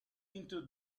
into